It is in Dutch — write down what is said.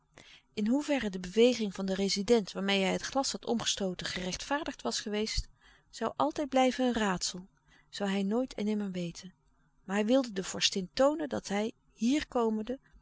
in hoeverre de beweging van den rezident waarmeê hij het glas had omgestooten gerechtvaardigd was geweest zoû altijd blijven een raadsel zoû hij nooit en nimmer weten maar hij wilde de vorstin toonen dat hij hier komende